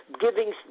giving